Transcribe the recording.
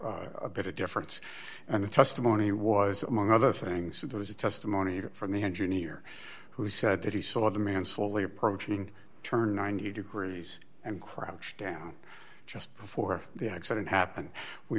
make a bit of difference and the testimony was among other things that there was a testimony from the engineer who said that he saw the man slowly approaching turned ninety degrees and crouched down just before the accident happened we